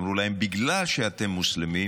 אמרו להם: בגלל שאתם מוסלמים,